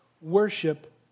worship